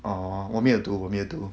oh 我没有读我没有读